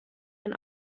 ein